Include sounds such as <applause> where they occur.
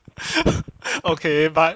<breath> okay but